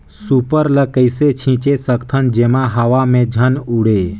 Super ल कइसे छीचे सकथन जेमा हवा मे झन उड़े?